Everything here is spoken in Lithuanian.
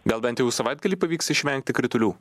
gal bent jau savaitgalį pavyks išvengti kritulių